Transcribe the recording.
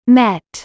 met